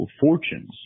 fortunes